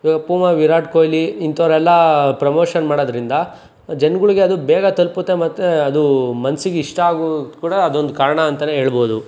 ಇವಾಗ ಪೂಮಾ ವಿರಾಟ್ ಕೊಹ್ಲಿ ಇಂಥವರೆಲ್ಲ ಪ್ರಮೋಷನ್ ಮಾಡೋದ್ರಿಂದ ಜನ್ಗಳ್ಗೆ ಅದು ಬೇಗ ತಲುಪುತ್ತೆ ಮತ್ತು ಅದು ಮನ್ಸಿಗೆ ಇಷ್ಟ ಆಗೋದ್ ಕೂಡ ಅದೊಂದು ಕಾರಣ ಅಂತಲೇ ಹೇಳ್ಬೋದು